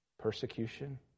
persecution